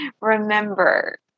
remember